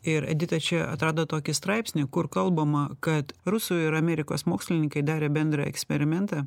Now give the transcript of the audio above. ir edita čia atrado tokį straipsnį kur kalbama kad rusų ir amerikos mokslininkai darė bendrą eksperimentą